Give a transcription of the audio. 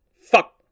Fuck